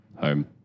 Home